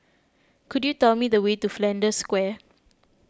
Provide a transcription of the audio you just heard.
could you tell me the way to Flanders Square